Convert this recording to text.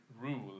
rule